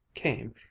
came,